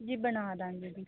ਜੀ ਬਣਾ ਦਵਾਂਗੇ ਜੀ